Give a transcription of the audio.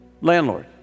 landlord